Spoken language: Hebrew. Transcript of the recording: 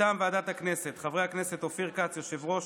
מטעם ועדת הכנסת, חברי הכנסת אופיר כץ, היושב-ראש,